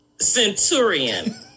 Centurion